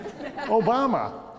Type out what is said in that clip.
Obama